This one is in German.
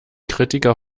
kritiker